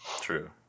True